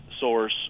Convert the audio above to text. source